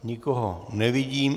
Nikoho nevidím.